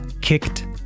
kicked